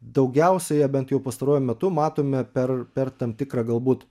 daugiausia ją bent jau pastaruoju metu matome per per tam tikrą galbūt